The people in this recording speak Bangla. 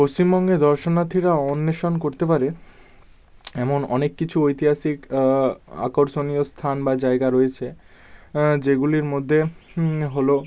পশ্চিমবঙ্গে দর্শনার্থীরা অন্বেষণ করতে পারে এমন অনেক কিছু ঐতিহাসিক আকর্ষণীয় স্থান বা জায়গা রয়েছে যেগুলির মধ্যে হলো